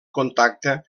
contacte